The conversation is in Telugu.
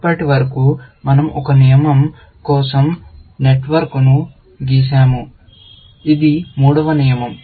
ఇప్పటివరకు మన০ ఒక నియమం కోసం నెట్వర్క్ను గీసాము ఇది మూడవ నియమం